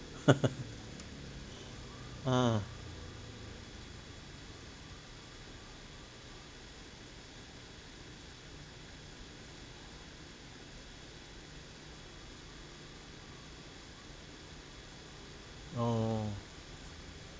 ah oh